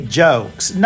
jokes